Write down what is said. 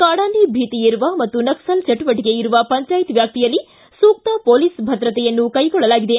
ಕಾಡಾನೆ ಭೀತಿಯಿರುವ ಮತ್ತು ನಕ್ಲಲ್ ಚಟುವಟಿಕೆಯಿರುವ ಪಂಚಾಯತ್ ವ್ಯಾಷಿಯಲ್ಲಿ ಸೂಕ್ಷ ಪೊಲೀಸ್ ಭದ್ರತೆಯನ್ನೂ ಕೈಗೊಳ್ಳಲಾಗಿದೆ